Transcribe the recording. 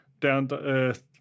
down-to-earth